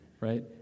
right